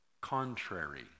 contrary